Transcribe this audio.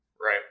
Right